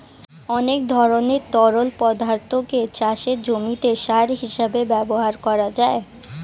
অনেক ধরনের তরল পদার্থকে চাষের জমিতে সার হিসেবে ব্যবহার করা যায়